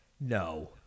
no